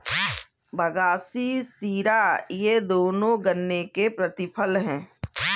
बगासी शीरा ये दोनों गन्ने के प्रतिफल हैं